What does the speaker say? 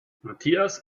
matthias